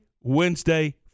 Wednesday